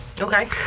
Okay